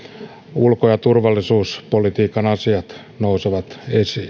ulko ja turvallisuuspolitiikan asiat nousevat esiin